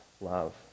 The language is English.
love